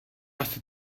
asi